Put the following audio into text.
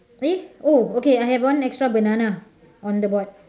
eh oh okay I have one extra banana on the board